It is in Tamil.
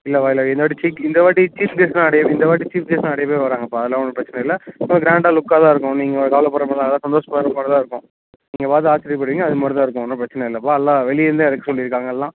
இல்லை இல்லை இந்தவாட்டி சீஃப் இந்தவாட்டி சீஃப் கெஸ்ட்லாம் நிறைய இந்தவாட்டி சீஃப் கெஸ்ட்லாம் நிறைய பேர் வராங்கப்பா அதெலாம் ஒன்றும் பிரச்சனை இல்லை நல்ல க்ராண்டாக லுக்காகதான் இருக்கும் நீங்கள் கவலைப்பட்றமாதிரி எல்லாம் சந்தோஷமாக இருக்கும் நீங்கள் பார்த்து ஆச்சரியப்படுவீங்க அதுமாரி தான் இருக்கும் ஒன்றும் பிரச்சனை இல்லைப்பா எல்லாம் வெளிய தான் இருக்க சொல்லிருக்காங்க எல்லாம்